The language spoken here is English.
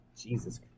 Jesus